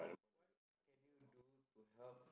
what can you do to help